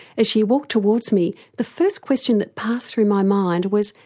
as she walked towards me the first question that passed through my mind was,